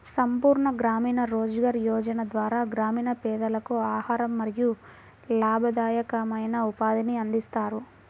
సంపూర్ణ గ్రామీణ రోజ్గార్ యోజన ద్వారా గ్రామీణ పేదలకు ఆహారం మరియు లాభదాయకమైన ఉపాధిని అందిస్తారు